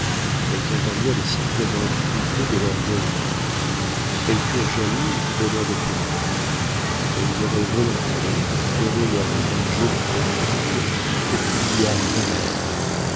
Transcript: elles entendirent les sifflements flûtés de l'orgueil en colère elles furent jalouses du bonheur de félix elles auraient volontiers donné leurs plus jolies pantoufles pour qu'il lui arrivât malheur